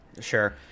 Sure